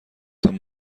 تان